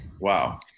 Wow